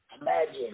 Imagine